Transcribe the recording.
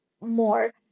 more